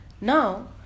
Now